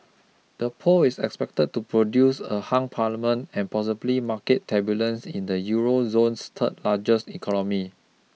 the poll is expected to produce a hung parliament and possibly market turbulence in the Euro zone's third largest economy